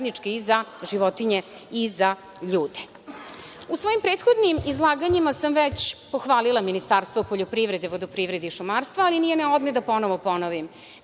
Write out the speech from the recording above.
i za životinje i za ljude.U svojim prethodnim izlaganjima sam već pohvalila Ministarstvo poljoprivrede, vodoprivrede i šumarstva, ali nije na odmet da ponovo ponovim,